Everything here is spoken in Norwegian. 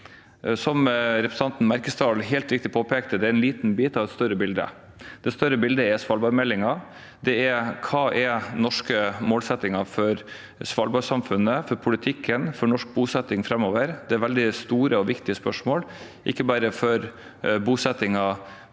Som representanten Merkesdal helt riktig påpekte, er det en liten bit av et større bilde. Det større bildet er svalbardmeldingen – hva som er den norske målsettingen for svalbardsamfunnet, for politikken, for norsk bosetting framover. Det er veldig store og viktige spørsmål, ikke bare for bosettingen